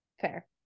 Fair